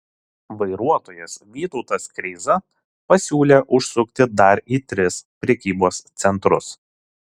vairuotojas vytautas kreiza pasiūlė užsukti dar į tris prekybos centrus